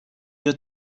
you